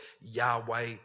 Yahweh